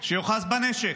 שיאחז בנשק,